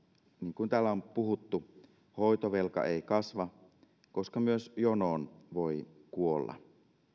kuin täällä on on puhuttu että hoitovelka ei kasva koska myös jonoon voi kuolla